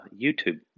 YouTube